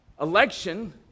Election